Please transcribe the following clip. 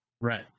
right